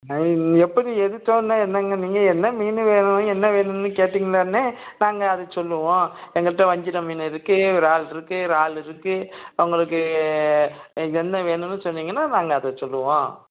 எப்படி எடுத்தவுடனே என்னங்க நீங்கள் என்ன மீன் வேணும் என்ன வேணுன்னு கேட்டீங்கனாண்ணே நாங்கள் அதச் சொல்லுவோம் எங்கள்கிட்ட வஞ்சிரம் மீன் இருக்குது விறால் இருக்குது இறாலு இருக்குது உங்களுக்கு என்ன வேணுன்னு சொன்னீங்கன்னால் நாங்கள் அதைச் சொல்லுவோம்